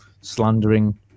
slandering